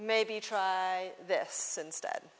maybe try this instead